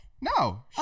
No